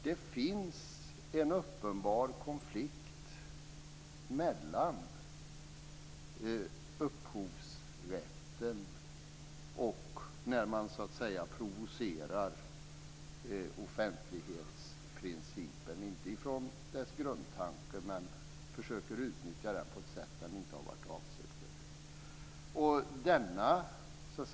Det finns en uppenbar konflikt mellan upphovsrätten och när man så att säga provocerar offentlighetsprincipen, inte från dess grundtanke, men försöker utnyttja den på ett sätt den inte har varit avsedd för.